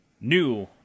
new